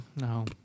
no